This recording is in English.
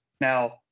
now